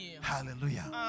Hallelujah